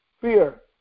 fear